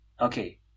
okay